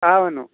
అవును